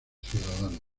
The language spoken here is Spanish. ciudadanos